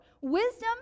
Wisdom